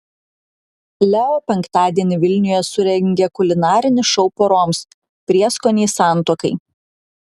leo penktadienį vilniuje surengė kulinarinį šou poroms prieskoniai santuokai